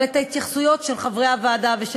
אבל את ההתייחסויות של חברי הוועדה ושל